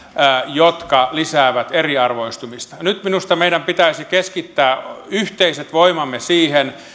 jotka lisäävät eriarvoistumista nyt minusta meidän pitäisi keskittää yhteiset voimamme siihen